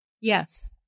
Yes